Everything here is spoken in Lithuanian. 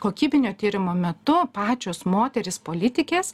kokybinio tyrimo metu pačios moterys politikės